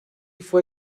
fue